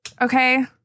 okay